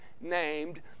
named